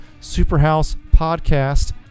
superhousepodcast